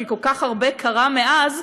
כי כל כך הרבה קרה מאז,